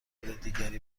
دیگری